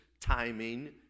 timing